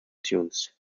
tunes